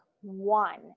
one